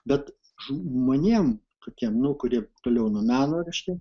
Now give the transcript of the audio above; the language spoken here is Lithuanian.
bet žmonėm tokiem nu kurie toliau nuo meno reiškia